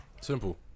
Simple